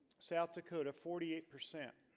south dakota forty eight percent